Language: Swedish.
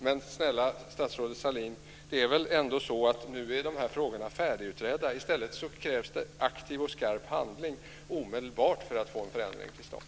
Men snälla statsrådet Sahlin, det är väl ändå så att de här frågorna är färdigutredda nu? I stället krävs det omedelbart en aktiv och skarp handling för att få en förändring till stånd.